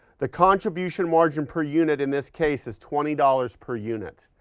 the contribution margin per unit in this case is twenty dollars per unit.